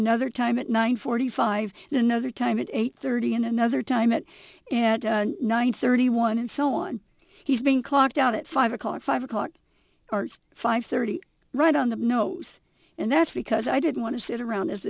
another time at nine forty five and another time at eight thirty in another time it and nine thirty one and so on he's being clocked out at five o'clock five o'clock or five thirty right on the nose and that's because i didn't want to sit around as